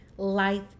life